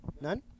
None